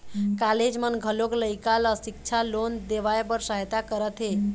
college मन घलोक लइका ल सिक्छा लोन देवाए बर सहायता करत हे